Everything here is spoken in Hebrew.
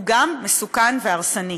הוא גם מסוכן והרסני.